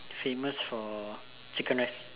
famous for chicken rice